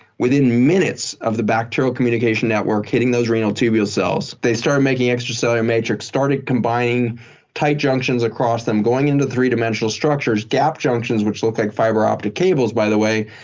within minutes of the bacterial communication network hitting those renal tubule cells, they start making extracellular matrix, starting combining tight junctions across them, going into three dimensional structures, gap junctions, which look like fiber optic cables, by the way,